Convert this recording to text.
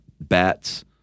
bats